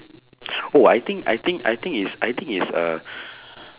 I think I think I think it's I think it's uh